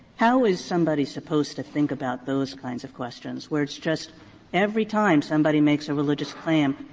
how is somebody supposed to think about those kinds of questions, where it's just every time somebody makes a religious claim,